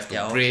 ya orh